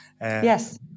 Yes